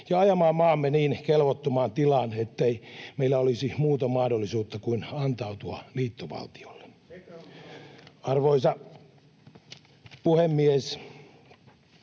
ja ajamaan maamme niin kelvottomaan tilaan, ettei meillä olisi muuta mahdollisuutta kuin antautua liittovaltiolle. [Ben